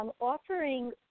offering